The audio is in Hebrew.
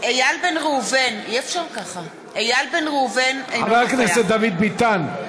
איל בן ראובן, חבר הכנסת דוד ביטן,